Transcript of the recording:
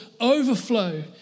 overflow